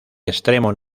extremo